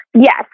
Yes